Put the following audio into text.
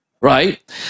Right